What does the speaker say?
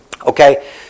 Okay